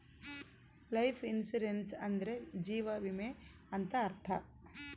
life insurance ಅಂದ್ರೆ ಜೀವ ವಿಮೆ ಅಂತ ಅರ್ಥ